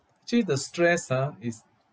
actually the stress ah is